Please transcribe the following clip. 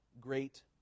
great